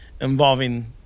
involving